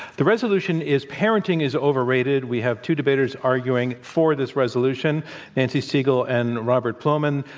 the resolution is parenting is overrated. we have two debaters arguing for this resolution nancy segal and robert plomin.